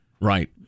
right